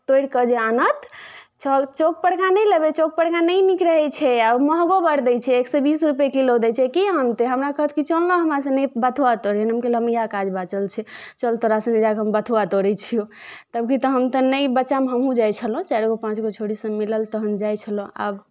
तोड़ि कऽ जे आनत चौक परका नहि लेबै चौकपर नहि नीक रहै छै आ महगो बड़ दै छै एक सए बीस रुपैए किलो दै छै के अनतै हमरा कहत कि चल ने हमरा सङ्गे बथुआ तोड़य लेल हम कहलियै इएह काज बाँचल छै चल तोरा सङ्गे जा कऽ हम बथुआ तोड़ै छियौ तब की तऽ हम तऽ नहि बच्चामे हमहूँ जाइ छलहुँ चारि गो पाँच गो छौड़ीसभ मिलल तखन जाइ छलहुँ आब